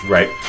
Right